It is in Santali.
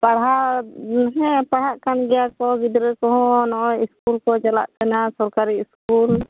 ᱯᱟᱲᱦᱟᱣ ᱦᱮᱸ ᱯᱟᱲᱦᱟᱜ ᱠᱟᱱ ᱜᱮᱭᱟ ᱠᱚ ᱜᱤᱫᱽᱨᱟᱹ ᱠᱚᱦᱚᱸ ᱱᱚᱜᱼᱚᱭ ᱤᱥᱠᱩᱞ ᱠᱚ ᱪᱟᱞᱟᱜ ᱠᱟᱱᱟ ᱥᱚᱨᱠᱟᱨᱤ ᱤᱥᱠᱩᱞ